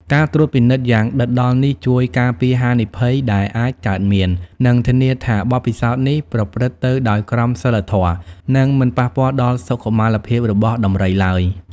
ការត្រួតពិនិត្យយ៉ាងដិតដល់នេះជួយការពារហានិភ័យដែលអាចកើតមាន និងធានាថាបទពិសោធន៍នេះប្រព្រឹត្តទៅដោយក្រមសីលធម៌ និងមិនប៉ះពាល់ដល់សុខុមាលភាពរបស់ដំរីឡើយ។